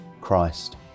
Christ